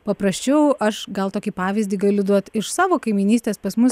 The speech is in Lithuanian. paprasčiau aš gal tokį pavyzdį galiu duot iš savo kaimynystės pas mus